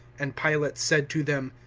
and pilate said to them,